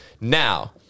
now